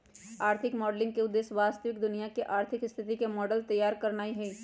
आर्थिक मॉडलिंग के उद्देश्य वास्तविक दुनिया के आर्थिक स्थिति के मॉडल तइयार करनाइ हइ